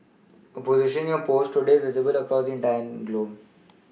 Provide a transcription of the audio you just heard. a position you post today is visible across the entire globe